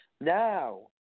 Now